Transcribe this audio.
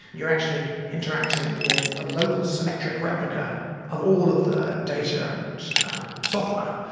you're actually interacting with a local symmetric replica of all of the data and software.